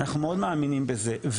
אנחנו מאוד מאמינים בזה,